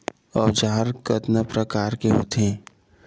औजार कतना प्रकार के होथे?